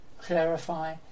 clarify